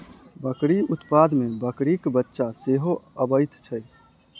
बकरी उत्पाद मे बकरीक बच्चा सेहो अबैत छै